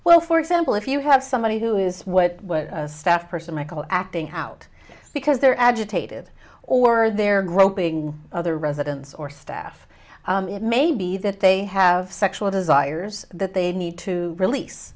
well for example if you have somebody who is what a staff person michael acting out because they're agitated or they're groping other residents or staff it may be that they have sexual desires that they need to release